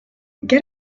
get